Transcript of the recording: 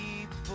people